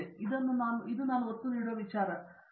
ಆದ್ದರಿಂದ ನಾವು ಒತ್ತು ನೀಡುವ ವಿಷಯ